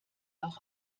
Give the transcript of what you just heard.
auch